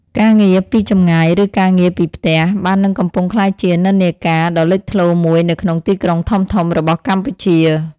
ការងារពីចម្ងាយឬការងារពីផ្ទះ បាននិងកំពុងក្លាយជានិន្នាការដ៏លេចធ្លោមួយនៅក្នុងទីក្រុងធំៗរបស់កម្ពុជា។